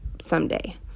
someday